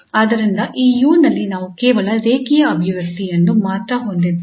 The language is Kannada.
ಆದ್ದರಿಂದ ಈ 𝑢 ನಲ್ಲಿ ನಾವು ಕೇವಲ ರೇಖೀಯ ಅಭಿವ್ಯಕ್ತಿಯನ್ನು ಮಾತ್ರ ಹೊಂದಿದ್ದೇವೆ